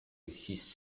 his